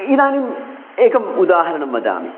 इदानीम् एकम् उदाहरणं वदामि